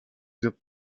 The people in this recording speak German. wird